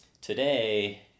Today